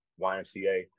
YMCA